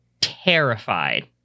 terrified